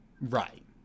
Right